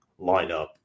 lineup